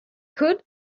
could